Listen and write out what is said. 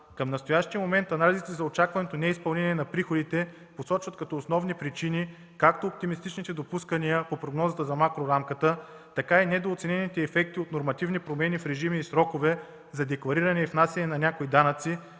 Към настоящия момент анализите за очакваното неизпълнение на приходите посочват като основни причини както оптимистичните допускания по прогнозата за макрорамката, така и недооценените ефекти от нормативни промени в режими и срокове за деклариране и внасяне на някои данъци,